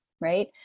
right